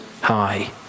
high